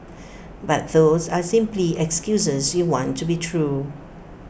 but those are simply excuses you want to be true